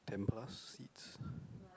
ten plus seeds